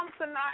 tonight